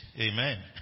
Amen